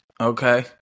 Okay